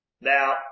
Now